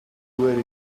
where